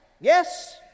Yes